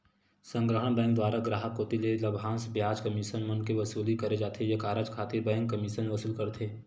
संग्रहन बेंक दुवारा गराहक कोती ले लाभांस, बियाज, कमीसन मन के वसूली करे जाथे ये कारज खातिर बेंक कमीसन वसूल करथे